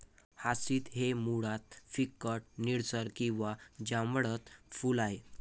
hyacinth हे मुळात फिकट निळसर किंवा जांभळट फूल आहे